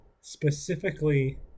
specifically